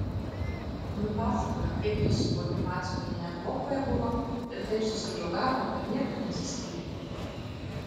nupasakojo kaip jis su bonifacu vienoje kuopoje buvo ir taip susidraugavo kad niekad nesiskyrė